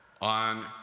on